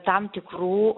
tam tikrų